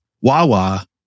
Wawa